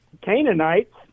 Canaanites